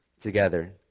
together